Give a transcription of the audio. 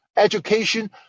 education